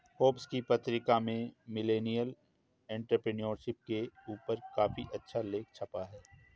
Forbes की पत्रिका में मिलेनियल एंटेरप्रेन्योरशिप के ऊपर काफी अच्छा लेख छपा है